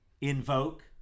invoke